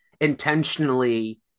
intentionally